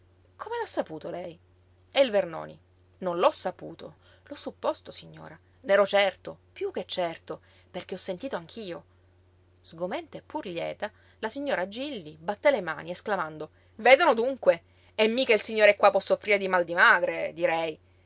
come l'ha saputo lei e il vernoni non l'ho saputo l'ho supposto signora n'ero certo piú che certo perché ho sentito anch'io sgomenta e pur lieta la signora gilli batté le mani esclamando vedono dunque e mica il signore qua può soffrire di mal di madre direi